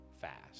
fast